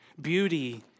Beauty